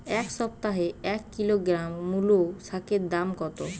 এ সপ্তাহে এক কিলোগ্রাম মুলো শাকের দাম কত?